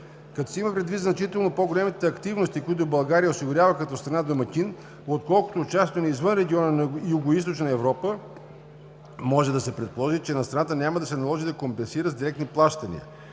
Като се има предвид значително по-големите активности, които България осигурява като страна домакин отколкото участието ни извън региона на Югоизточна Европа, може да се предположи, че на страната няма да се наложи да компенсира с директни плащания.